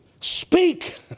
Speak